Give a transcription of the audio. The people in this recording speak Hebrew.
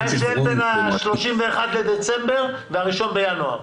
מה ההבדל בין ה-31 בדצמבר ל-1 בינואר?